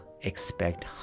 expect